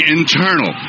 internal